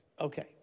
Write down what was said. Okay